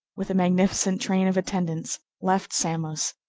with a magnificent train of attendants, left samos,